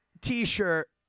t-shirt